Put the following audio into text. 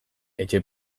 etxe